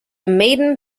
maiden